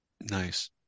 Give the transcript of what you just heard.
Nice